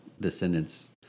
descendants